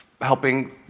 helping